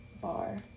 bar